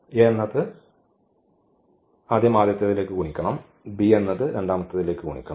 a എന്നത് ആദ്യം ആദ്യത്തേത്ലേക്ക് ഗുണിക്കണം b എന്നത് രണ്ടാമത്തേതിലേക്ക് ഗുണിക്കണം